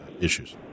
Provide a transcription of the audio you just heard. issues